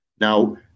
Now